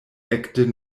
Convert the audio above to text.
ekde